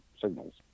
signals